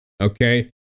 okay